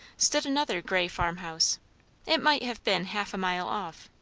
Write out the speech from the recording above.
stood another grey farm-house it might have been half a mile off.